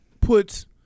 puts